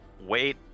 wait